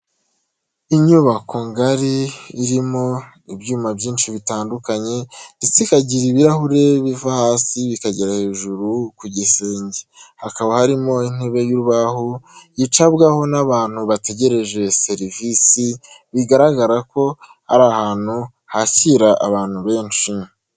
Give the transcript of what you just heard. Inyubako ngari irimo ibyuma byinshi bitandukanye ndetse ikagira ibirahure biva hasi bikagera hejuru ku gisenge, hakaba harimo intebe y'urubaho yicabwaho n'abantu bategereje serivisi, bigaragara ko ari ahantu hakira abantu benshi.